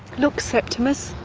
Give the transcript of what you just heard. look, septimus.